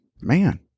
Man